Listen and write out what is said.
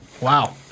Wow